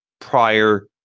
prior